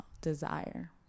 desire